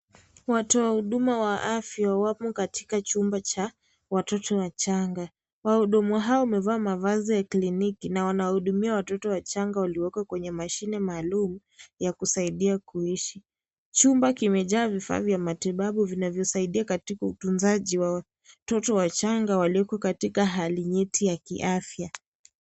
Watu wa huduma wa afya wapo katika chumba cha watoto wachanga. Wahudumu hawa wamevaa mavazi ya kliniki na wanahudumia watoto wachanga walioko kwenye mashine maalum ya kusaidia kuishi. Chumba kimejaa vifaa vya matibabu vinavyosaidia katika utunzaji wa watoto wachanga walioko katika hali nyeti ya kiafya.